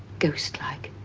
ghost-like.